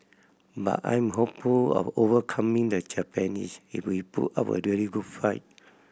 but I'm hopeful of overcoming the Japanese if we put up a really good fight